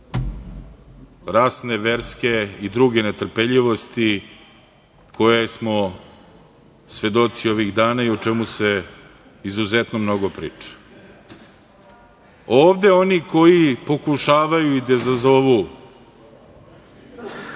rasne, verske i druge netrpeljivosti koje smo svedoci ovih dana i o čemu se izuzetno mnogo priča. Ovde oni koji pokušavaju da izazovu